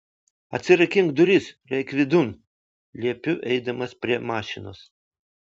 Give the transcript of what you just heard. atsirakink duris ir eik vidun liepiu eidamas prie mašinos